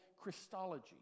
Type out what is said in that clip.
Christology